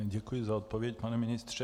Děkuji za odpověď, pane ministře.